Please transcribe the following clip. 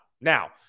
Now